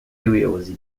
y’ubuyobozi